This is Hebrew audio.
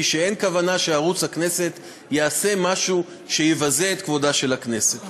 שאין כוונה שערוץ הכנסת יעשה משהו שיבזה את כבודה של הכנסת.